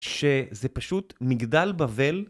שזה פשוט מגדל בבל.